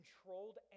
controlled